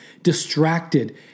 distracted